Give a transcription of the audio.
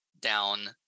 down